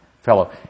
fellow